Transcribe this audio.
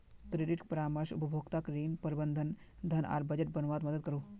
credit परामर्श उपभोक्ताक ऋण, प्रबंधन, धन आर बजट बनवात मदद करोह